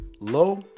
low